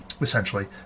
essentially